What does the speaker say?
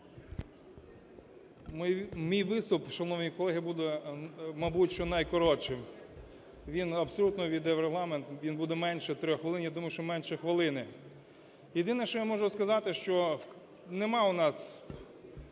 Мій виступ, шановні колеги, буде мабуть найкоротшим, він абсолютно увійде в регламент, він буде менше 3 хвилин, я думаю, менше хвилини. Єдине, що я можу сказати, що нема у нас